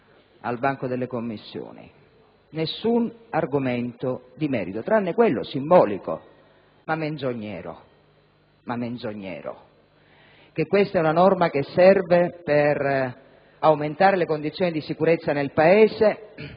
Governo e delle Commissioni. Nessun argomento di merito tranne quello, simbolico ma menzognero, per cui questa è una norma che servirebbe per aumentare le condizioni di sicurezza nel Paese,